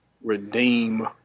redeem